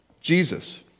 Jesus